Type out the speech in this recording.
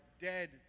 dead